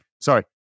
Sorry